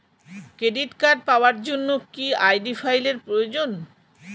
Credit card পাওয়ার জন্য কি আই.ডি ফাইল এর প্রয়োজন?